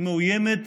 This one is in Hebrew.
היא מאוימת,